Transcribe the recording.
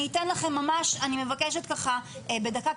אני מבקשת בדקה,